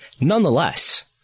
Nonetheless